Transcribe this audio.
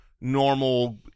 normal